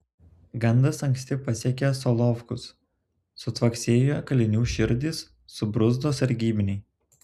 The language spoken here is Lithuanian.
gandas anksti pasiekė solovkus sutvaksėjo kalinių širdys subruzdo sargybiniai